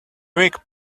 weak